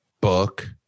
book